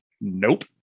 Nope